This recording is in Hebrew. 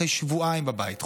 אחרי שבועיים בבית,